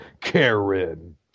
Karen